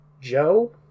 Joe